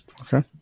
Okay